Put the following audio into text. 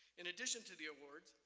in addition to the awards,